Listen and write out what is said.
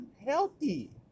unhealthy